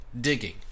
digging